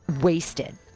wasted